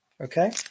Okay